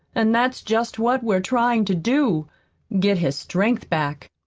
and that's just what we're trying to do get his strength back.